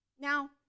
Now